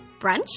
Brunch